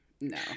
no